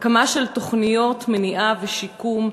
הקמה של תוכניות מניעה ושיקום,